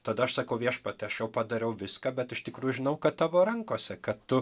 tada aš sakau viešpatie aš jau padariau viską bet iš tikrųjų žinau kad tavo rankose kad tu